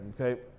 okay